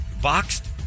boxed